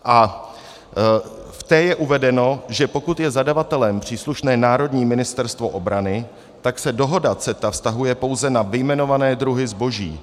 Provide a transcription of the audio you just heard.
A v té je uvedeno, že pokud je zadavatelem příslušné národní Ministerstvo obrany, tak se dohoda CETA vztahuje pouze na vyjmenované druhy zboží.